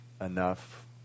enough